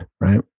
right